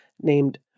named